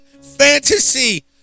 fantasy